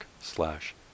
slash